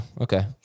Okay